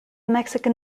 mexican